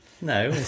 No